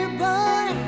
boy